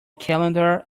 calendar